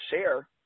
share